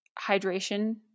hydration